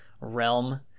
realm